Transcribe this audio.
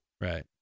Right